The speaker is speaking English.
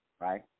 right